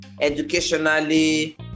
educationally